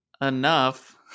enough